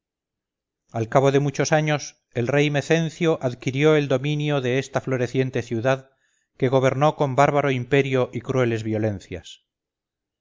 al cabo de muchos años el rey mecencio adquirió el dominio de esta floreciente ciudad que gobernó con bárbaro imperio y crueles violencias